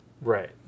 Right